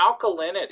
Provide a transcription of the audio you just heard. alkalinity